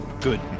Good